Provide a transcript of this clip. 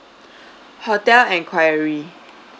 hotel enquiry